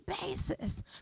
basis